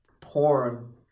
porn